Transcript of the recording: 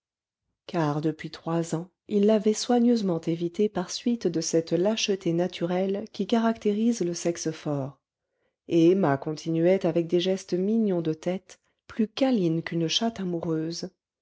car depuis trois ans il l'avait soigneusement évitée par suite de cette lâcheté naturelle qui caractérise le sexe fort et emma continuait avec des gestes mignons de tête plus câline qu'une chatte amoureuse